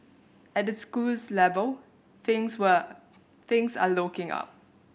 at the schools level things were things rare looking up